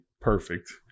perfect